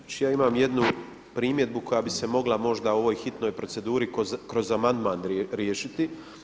Znači ja imam jednu primjedbu koja bi se mogla možda u ovoj hitnoj proceduri kroz amandman riješiti.